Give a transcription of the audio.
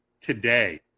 today